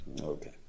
Okay